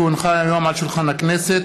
כי הונחו היום על שולחן הכנסת,